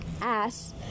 ass